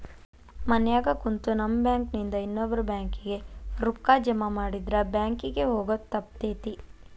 ಮನ್ಯಾಗ ಕುಂತು ನಮ್ ಬ್ಯಾಂಕ್ ನಿಂದಾ ಇನ್ನೊಬ್ಬ್ರ ಬ್ಯಾಂಕ್ ಕಿಗೆ ರೂಕ್ಕಾ ಜಮಾಮಾಡಿದ್ರ ಬ್ಯಾಂಕ್ ಕಿಗೆ ಹೊಗೊದ್ ತಪ್ತೆತಿ